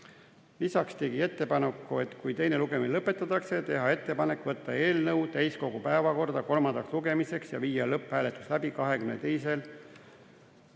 Lisaks tegi komisjon ettepaneku, et kui teine lugemine lõpetatakse, teha ettepanek võtta eelnõu täiskogu päevakorda kolmandaks lugemiseks ja viia lõpphääletus läbi k.a